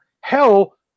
Hell